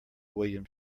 william